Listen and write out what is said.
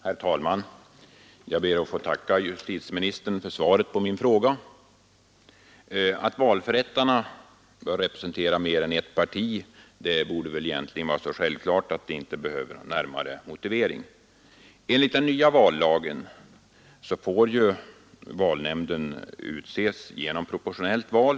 Herr talman! Jag ber att få tacka justitieministern för svaret på min fråga. Att valförrättarna bör representera mer än ett parti borde egentligen vara så självklart att det inte behöver närmare motiveras. Enligt den nya vallagen får ju valnämnden utses genom proportionellt val.